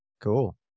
Cool